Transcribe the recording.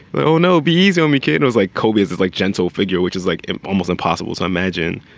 but oh, no, be easy on me, kid. it was like kobe is is like gentle figure, which is like almost impossible. so i imagine,